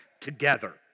together